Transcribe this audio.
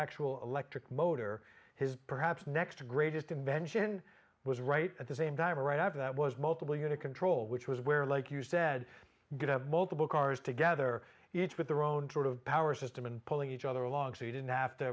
actual electric motor his perhaps next greatest invention was right at the same time right after that was multiple unit control which was where like you said you could have multiple cars together each with their own sort of power system and pulling each other along so you didn't have to